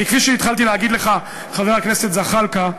כפי שהתחלתי להגיד לך, חבר הכנסת זחאלקה,